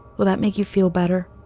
will that make you feel better?